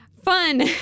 Fun